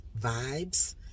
vibes